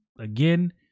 again